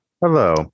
Hello